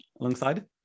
alongside